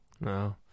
No